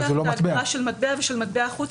אתה לוקח את ההגדרה של "מטבע" ושל "מטבע חוץ",